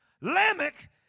Lamech